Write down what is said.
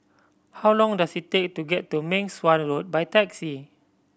how long does it take to get to Meng Suan Road by taxi